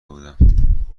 بودم